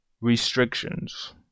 Restrictions